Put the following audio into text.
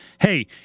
hey